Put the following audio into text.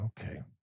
okay